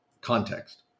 context